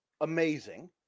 amazing